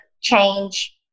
change